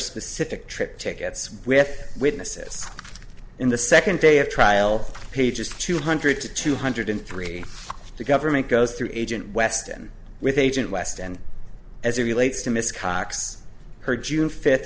specific trip tickets we have witnesses in the second day of trial pages two hundred to two hundred three to government goes through agent weston with agent west and as it relates to miss cox her june fifth